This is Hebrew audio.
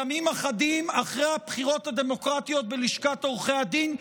ימים אחדים אחרי הבחירות הדמוקרטיות בלשכת עורכי הדין,